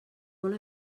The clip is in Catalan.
molt